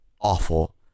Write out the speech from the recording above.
awful